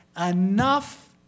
enough